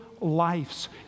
lives